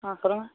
ஆ சொல்லுங்கள்